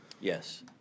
Yes